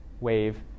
wave